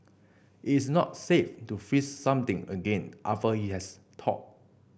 it's not safe to freeze something again after it has thawed